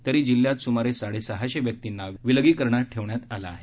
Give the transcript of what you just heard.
तरी जिल्ह्यात स्मारे साडेसहाशे व्यक्तींना विलगीकरणात ठेवण्यात आलं आहे